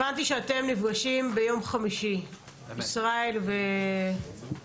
הבנתי שאתם נפגשים ביום חמישי, ישראל ובט"פ?